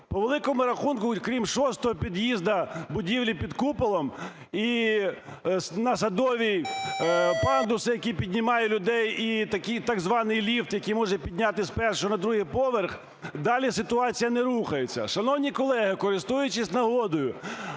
По великому рахунку, крім 6-го під'їзду будівлі під куполом і на Садовій, пандус, який піднімає людей і так званий ліфт, який може підняти з 1-го на 2 поверх, далі ситуація не рухається. Шановні колеги, користуючись нагодою,